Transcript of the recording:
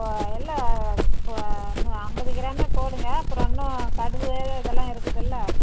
இப்போது இல்லை இப்போது நீங்கள் ஐம்பது கிராமே போடுங்க அப்புறம் இன்னும் கடுகு இதெல்லாம் இருக்குதில்ல